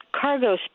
cargo